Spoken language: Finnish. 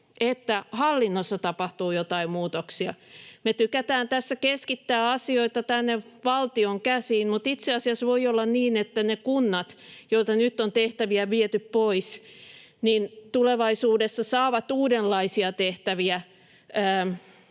että hallinnossa tapahtuu joitain muutoksia. Me tykätään tässä keskittää asioita tänne valtion käsiin, mutta itse asiassa voi olla niin, että ne kunnat, joilta nyt on tehtäviä viety pois, tulevaisuudessa saavat uudenlaisia tehtäviä